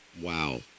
Wow